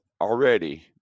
already